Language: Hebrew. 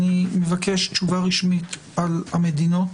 אני מבקש תשובה רשמית על המדינות.